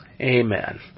Amen